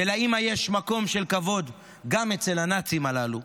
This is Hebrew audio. ולאימא יש מקום של כבוד גם אצל הנאצים הללו,